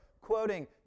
Quoting